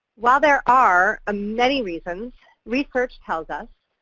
while there are ah many reasons, research tells us